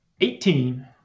Eighteen